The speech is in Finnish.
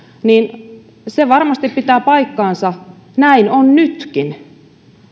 varmasti pitää paikkansa näin on nytkin